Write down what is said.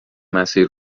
مسیر